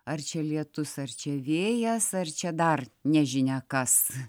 ar čia lietus ar čia vėjas ar čia dar nežinia kas